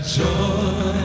joy